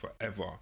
forever